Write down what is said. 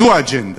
זו האג'נדה.